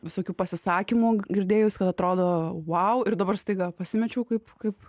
visokių pasisakymų girdėjus kad atrodo vau ir dabar staiga pasimečiau kaip kaip